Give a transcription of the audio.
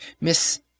Miss—